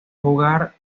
jugar